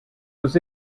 was